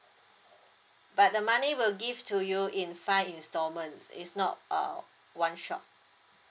but the money will give to you in five installments it's not a one shot